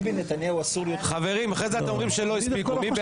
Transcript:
חמישה.